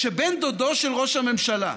שבן דודו של ראש הממשלה,